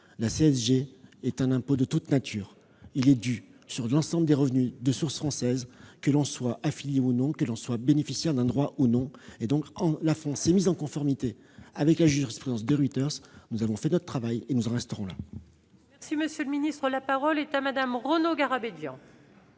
la CSG est un impôt de toute nature. Il est dû sur l'ensemble des revenus de source française, que l'on soit affilié au non, bénéficiaire ou non d'un droit. La France s'est mise en conformité avec la jurisprudence de Ruyter. Nous avons fait notre travail, et nous en resterons là.